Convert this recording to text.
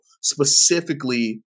specifically